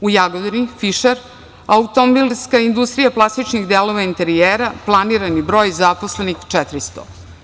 U Jagodini „Fišer“, automobilska industrija plastičnih delova enterijera, planiran broj zaposlenih 400.